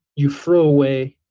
you throw away